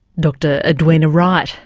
dr edwina wright,